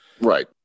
Right